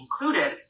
included